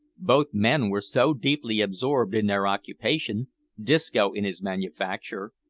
both men were so deeply absorbed in their occupation disco in his manufacture,